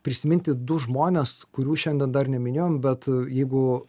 prisiminti du žmones kurių šiandien dar neminėjom bet jeigu